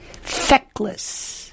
Feckless